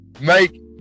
make